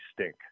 stink